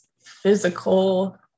physical